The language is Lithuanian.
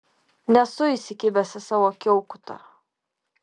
nesu įsikibęs į savo kiaukutą